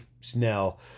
Snell